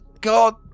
God